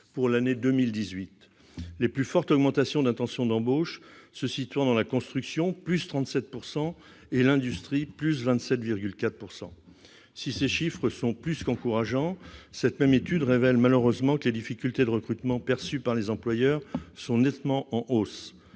pour l'année 2018. Les plus fortes augmentations d'intentions d'embauche se situent dans la construction et l'industrie, avec des hausses respectives de 37 % et 27,4 %. Si ces chiffres sont plus qu'encourageants, cette même étude révèle malheureusement que les difficultés de recrutement perçues par les employeurs sont nettement en hausse.